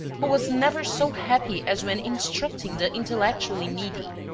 who was never so happy as when instructing the intellectually needy.